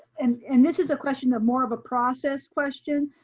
and and this is a question of more of a process question.